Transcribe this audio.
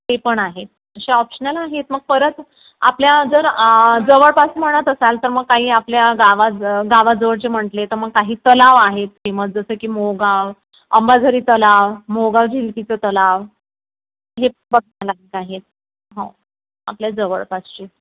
ते पण आहेत असे ऑप्शनल आहेत मग परत आपल्या जर जवळपास म्हणत असाल तर मग काही आपल्या गावाज गावाजवळचे म्हटले तर मग काही तलाव आहेत फेमस जसं की मोहगाव अंबाझरी तलाव मोहगाव झिल्पीचं तलाव हे बघता आहेत हो आपल्या जवळपासचे